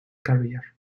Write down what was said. career